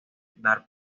dar